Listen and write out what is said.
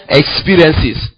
experiences